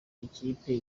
ikipe